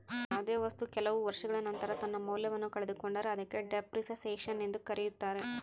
ಯಾವುದೇ ವಸ್ತು ಕೆಲವು ವರ್ಷಗಳ ನಂತರ ತನ್ನ ಮೌಲ್ಯವನ್ನು ಕಳೆದುಕೊಂಡರೆ ಅದಕ್ಕೆ ಡೆಪ್ರಿಸಸೇಷನ್ ಎಂದು ಕರೆಯುತ್ತಾರೆ